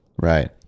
right